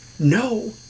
No